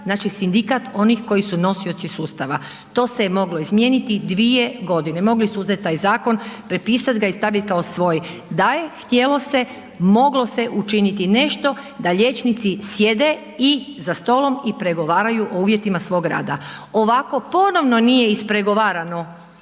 znači sindikat onih koji su nosioci sustava. To se je moglo izmijeniti 2 godine, mogli su uzeti taj zakon, pripisati ga i staviti ga kao svoj. Da je htjelo se, moglo se učiniti nešto da liječnici sjede i za stolom i pregovaraju o uvjetima svoga rada. Ovako ponovno nije ispregovarano